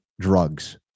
drugs